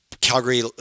Calgary